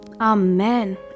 Amen